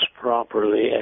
properly